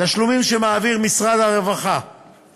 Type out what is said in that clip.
תשלומים שמעביר משרד הרווחה